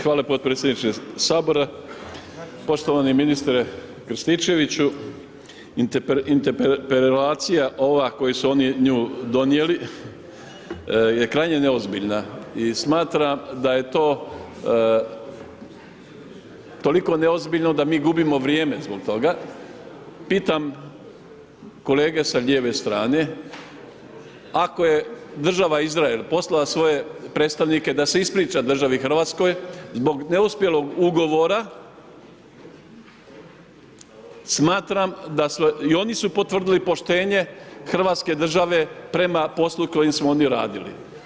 Hvala podpredsjedniče sabora, poštovani ministre Krstičeviću Interpelacija ova koju su oni nju donijeli je krajnje neozbiljna i smatram da je to toliko neozbiljno da mi gubimo vrijeme zbog toga, pitam kolege sa lijeve strane, ako je država Izrael poslala svoje predstavnike da se ispriča državi Hrvatskoj zbog neuspjelog ugovora, smatram da i oni su potvrdili poštenje hrvatske države prema poslu kojim su oni radili.